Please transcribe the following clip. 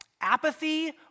apathy